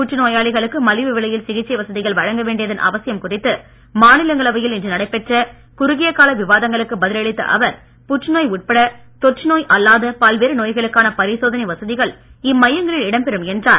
புற்றுநோயாளிகளுக்கு மலிவு விலையில் சிகிச்சை வசதிகள் வழங்க வேண்டியதன் அவசியம் குறித்து மாநிலங்களவையில் இன்று நடைபெற்ற குறுகிய கால விவாதங்களுக்கு பதில் அளித்த அவர் புற்றுநோய் உட்பட தொற்றுநோய் அல்லாத பல்வேறு நோய்களுக்கான பரிசோதனை வசதிகள் இம்மையங்களில் இடம்பெறும் என்றார்